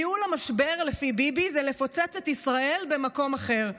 ניהול המשבר לפי ביבי הוא לפוצץ את ישראל במקום אחר,